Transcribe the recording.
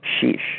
Sheesh